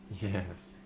Yes